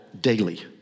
daily